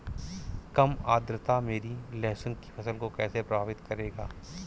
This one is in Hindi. कम आर्द्रता मेरी लहसुन की फसल को कैसे प्रभावित करेगा?